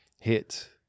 Hit